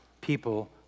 people